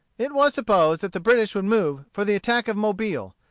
it was supposed that the british would move for the attack of mobile.